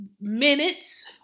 minutes